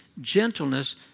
gentleness